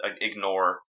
ignore